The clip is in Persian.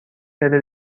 بره